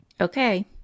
Okay